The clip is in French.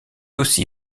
aussi